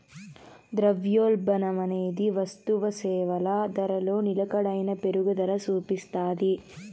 ద్రవ్యోల్బణమనేది వస్తుసేవల ధరలో నిలకడైన పెరుగుదల సూపిస్తాది